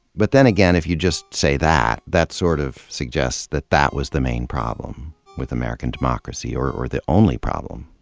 but then again, if you just say that, that sort of suggests that that was the main problem with american democracy, or or the only problem.